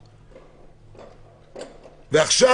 ועכשיו,